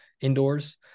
indoors